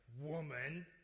woman